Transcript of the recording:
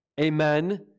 Amen